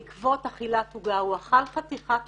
הוא אכל חתיכת עוגה,